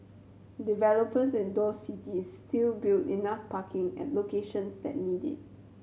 developers in those cities still build enough parking at locations that need it